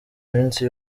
minsi